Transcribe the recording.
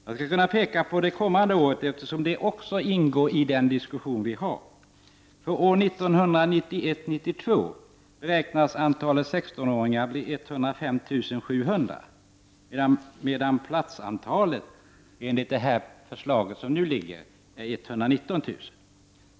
Jag kan peka på det kommande året, eftersom det också ingår i den diskussion vi för. För år 1991/92 beräknas antalet 16-åringar bli 105 700, medan antalet platser enligt det förslag som nu föreligger är 119 000.